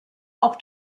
auch